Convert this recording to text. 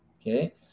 okay